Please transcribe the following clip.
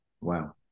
Wow